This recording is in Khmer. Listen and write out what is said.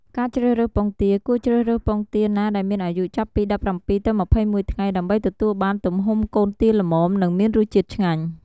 ការជ្រើសរើសពងទា គួរជ្រើសរើសពងទាណាដែលមានអាយុចាប់ពី ១៧ ទៅ ២១ ថ្ងៃ ដើម្បីទទួលបាន ទំហំកូនទាល្មម និងមានរសជាតិឆ្ងាញ់ ។